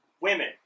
women